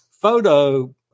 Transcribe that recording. photo